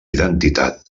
identitat